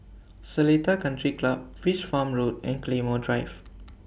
Seletar Country Club Fish Farm Road and Claymore Drive